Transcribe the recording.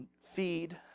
feed